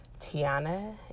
Tiana